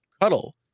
cuddle